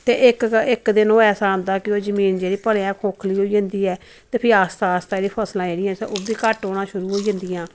ते इक इक दिन ओह् ऐसा आंदा कि ओह् जमीन जेह्ड़ी भलेआं खोखली होई जंदी ऐ ते फ्ही आस्ता आस्ता जेह्ड़ी फसलां जेह्ड़ियां ओह् बी घट्ट होना शुरू होई जंदियां